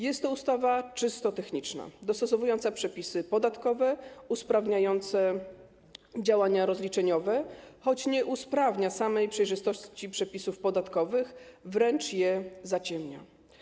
Jest to ustawa czysto techniczna, dostosowująca przepisy podatkowe usprawniające działania rozliczeniowe, choć nie poprawia samej przejrzystości przepisów podatkowych, a wręcz je zaciemnia.